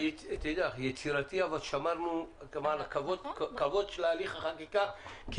יצירתי אבל שמרנו על גם על הכבוד של הליך החקיקה,